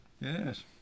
Yes